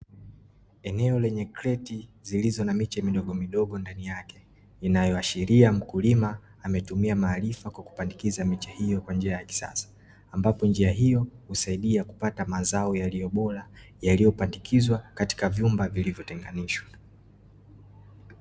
Eneo lenye kreti zililo na miche midogo midogo ndani yake, inayoashiria mkulima ametumia maarifa kwa kupandikiza miche hiyo kwa njia ya kisasa. Ambapo njia hiyo husaidia kupata mazao yalio bora, yaliopandikizwa katika vyumba vilivyo tenganishwa.